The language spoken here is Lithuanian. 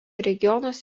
regionas